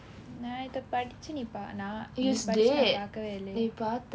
நான் இதை படிச்சி நீ பா நான் நீ பிடிச்சதை பார்த்ததே இல்லை:naan ithai padichi ni paa naan ni padichathai paarthathe illai